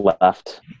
left